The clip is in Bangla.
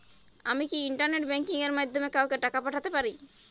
আমি কি ইন্টারনেট ব্যাংকিং এর মাধ্যমে কাওকে টাকা পাঠাতে পারি?